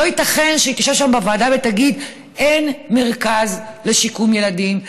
לא ייתכן שהיא תשב שם בוועדה ותגיד: אין מרכז לשיקום ילדים,